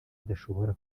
idashobora